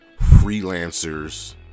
Freelancers